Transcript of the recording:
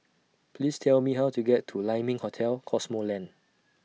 Please Tell Me How to get to Lai Ming Hotel Cosmoland